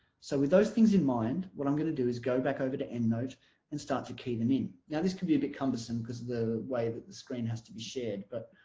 so with those things in mind what i'm going to do is go back over to endnote and start to key them in now this be a bit cumbersome because the way that the screen has to be shared but